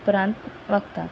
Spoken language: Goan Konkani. उपरांत वाकता